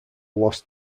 lost